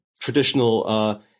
traditional